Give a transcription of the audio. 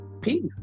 peace